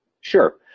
Sure